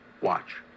Watch